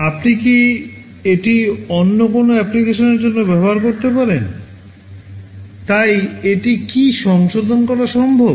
আপনি কি এটি অন্য কোনও অ্যাপ্লিকেশনের জন্যও ব্যবহার করতে পারেন তাই এটি কী সংশোধন করা সম্ভব